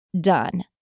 done